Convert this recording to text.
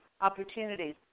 opportunities